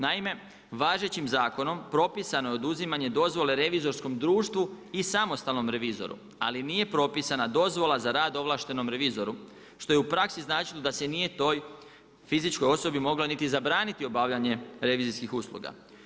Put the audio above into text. Naime, važećim zakonom propisano je oduzimanje dozvole revizorskom društvu i samostalnom revizoru, ali nije propisana dozvola za rad ovlaštenom revizoru što je u praksi znači da se nije toj fizičkoj osobi mogla niti zabraniti obavljanje revizorskih usluga.